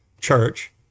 church